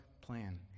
plan